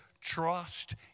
trust